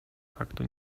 faktu